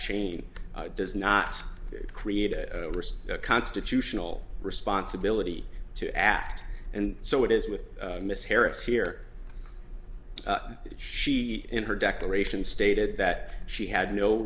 chain does not create a constitutional responsibility to act and so it is with miss harris here that she in her declaration stated that she had no